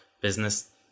business